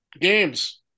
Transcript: Games